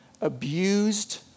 abused